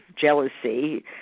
jealousy